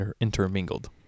intermingled